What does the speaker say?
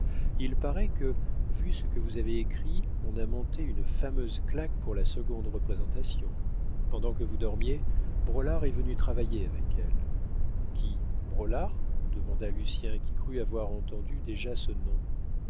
il paraît que vu ce que vous avez écrit on a monté une fameuse claque pour la seconde représentation pendant que vous dormiez braulard est venu travailler avec elle qui braulard demanda lucien qui crut avoir entendu déjà ce nom